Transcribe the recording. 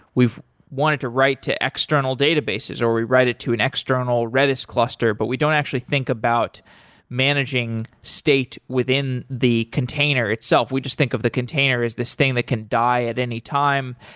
we've wanted to write to external databases or we write it to an external redis cluster, but we don't actually think about managing state within the container itself. we just think of the container as this thing that can die at any time.